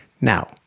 Now